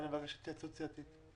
אני מבקש התייעצות סיעתית.